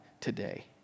today